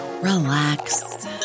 relax